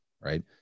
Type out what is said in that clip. right